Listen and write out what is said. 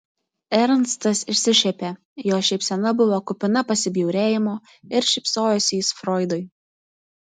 ernstas išsišiepė jo šypsena buvo kupina pasibjaurėjimo ir šypsojosi jis froidui